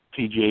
PGA